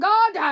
God